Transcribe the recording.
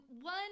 one